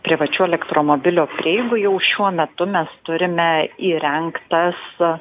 privačių elektromobilių prieigų jau šiuo metu mes turime įrengtas